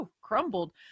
crumbled